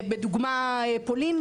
בדוגמה פולין,